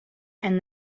and